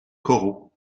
corot